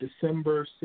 December